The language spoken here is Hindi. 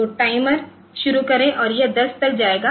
तो टाइमर शुरू करें और यह 10 तक जायेगा